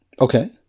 Okay